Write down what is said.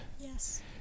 Yes